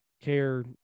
care